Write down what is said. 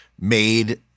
made